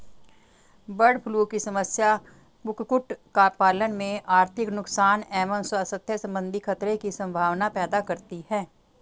bird flu की समस्या कुक्कुट पालन में आर्थिक नुकसान एवं स्वास्थ्य सम्बन्धी खतरे की सम्भावना पैदा करती है